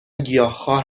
گیاهخوار